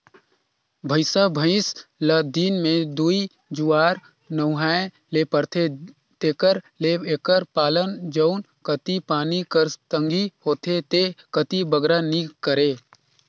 भंइसा भंइस ल दिन में दूई जुवार नहुवाए ले परथे तेकर ले एकर पालन जउन कती पानी कर तंगी होथे ते कती बगरा नी करें